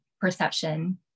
perception